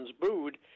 booed